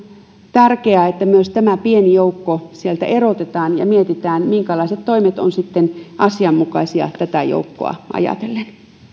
tärkeää että myös tämä pieni joukko sieltä erotetaan ja mietitään minkälaiset toimet ovat sitten asianmukaisia tätä joukkoa ajatellen